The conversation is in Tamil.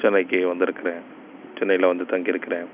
சென்னைக்கு வந்திருக்கிற சென்னையில் வந்து தங்கி இருக்கிற